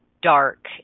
dark